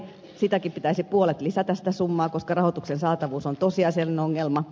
sitäkin pitäisi puolet lisätä sitä summaa koska rahoituksen saatavuus on tosiasiallinen ongelma